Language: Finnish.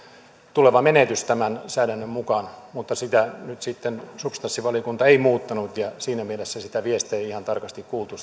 tuleva menetys olisi vähän tasapainoisempi tämän säädännön mukaan mutta sitä nyt sitten substanssivaliokunta ei muuttanut ja siinä mielessä sitä viestiä ei ihan tarkasti kuultu